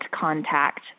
contact